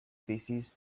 species